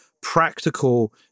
practical